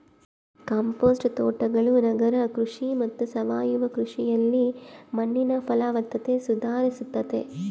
compost ತೋಟಗಳು ನಗರ ಕೃಷಿ ಮತ್ತು ಸಾವಯವ ಕೃಷಿಯಲ್ಲಿ ಮಣ್ಣಿನ ಫಲವತ್ತತೆ ಸುಧಾರಿಸ್ತತೆ